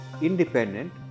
independent